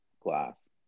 glass